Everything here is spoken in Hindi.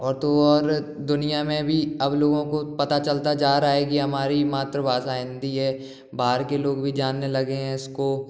और तो और दुनिया में भी अब लोगों को पता चलता जा रहा है कि हमारी मातृभाषा हिंदी है बाहर के लोग भी जानने लगे हैं इसको